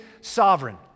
sovereign